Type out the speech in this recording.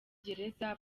gereza